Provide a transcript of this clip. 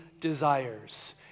desires